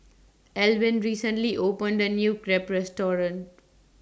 Alwin recently opened The New Crepe Restaurant